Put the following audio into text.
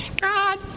God